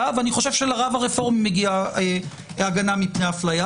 ואני חושב שלרב הרפורמי מגיעה הגנה מפני אפליה.